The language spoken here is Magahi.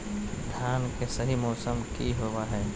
धान के सही मौसम की होवय हैय?